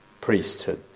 priesthood